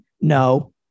No